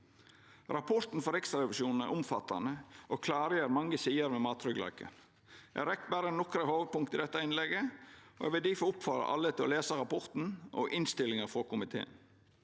Rapporten frå Riksrevisjonen er omfattande og klargjer mange sider ved mattryggleiken. Eg rekk berre nokre hovudpunkt i dette innlegget. Eg vil difor oppfordra alle til å lesa rapporten og innstillinga frå komiteen.